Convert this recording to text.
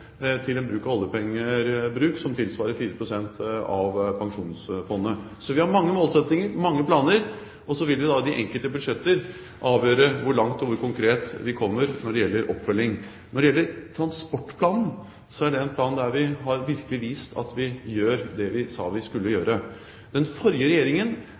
til en bruk av oljepengene som tilsvarer 4 pst. av Pensjonsfondet. Så vi har mange målsettinger, mange planer. Vi vil i de enkelte budsjetter konkretisere hvor langt vi kommer når det gjelder oppfølging. Når det gjelder Nasjonal transportplan, er det en plan der vi virkelig har vist at vi gjør det vi sa vi skulle gjøre. Den forrige regjeringen